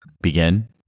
begin